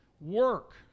work